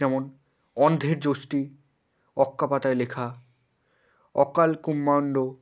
যেমন অন্ধের যষ্টি অক্কা পাতায় লেখা অকাল কুষ্মাণ্ড